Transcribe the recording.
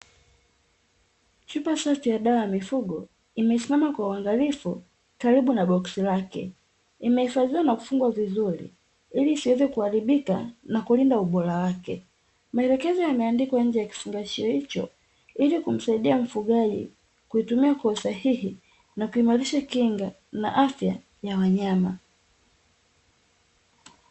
Chupa safi ya dawa ya mifugo imesimama kwa uangalifu karibu na boksi lake, imehifadhiwa na kufungwa vizuri ili isiweze kuharibika na kulinda ubora wake. Maelekezo yameandikwa nje ya kifungashio hicho ili kumsaidia mfugaji kuitumia kwa usahihi na kiimarisha kinga na afya ya wanyama.